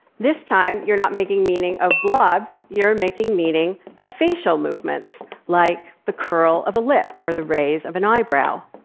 this time, you're not making meaning of blobs, you're making meaning of facial movements like the curl of a lip or the raise of an eyebrow.